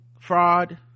fraud